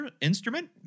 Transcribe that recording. instrument